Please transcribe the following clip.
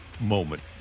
moment